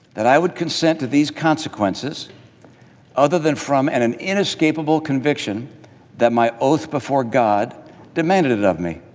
that i would consent to these consequences other than from and an inescapable conviction that my oath before god demanded it of me?